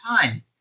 time